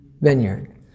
vineyard